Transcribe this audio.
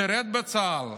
שירת בצה"ל,